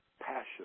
passion